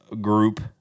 group